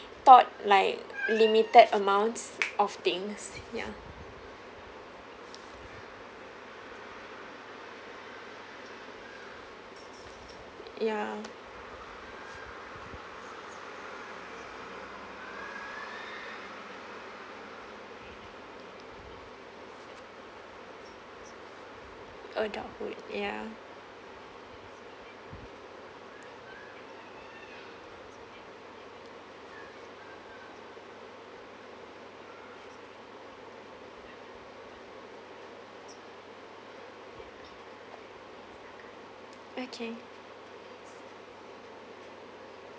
taught like limited amounts of things ya ya adulthood ya okay